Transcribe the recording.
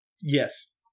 Yes